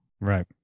Right